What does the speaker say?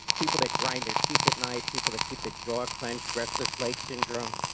people that grind their teeth at night, people that keep their jaw clenched, restless leg syndrome,